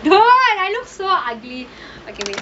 no I don't want I look so ugly okay